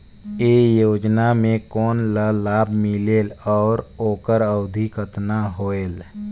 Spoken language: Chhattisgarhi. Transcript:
ये योजना मे कोन ला लाभ मिलेल और ओकर अवधी कतना होएल